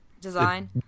design